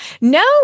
No